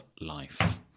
life